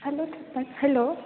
hello చెప్పండి hello